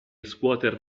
scuoter